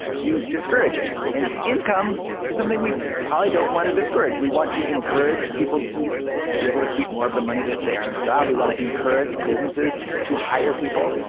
you discourage it. and income is something we probably don't want to discourage. we want to encourage people to be able to keep more of the money that they earn on the job. we want to encourage businesses to hire people.